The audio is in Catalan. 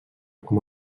com